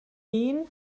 wien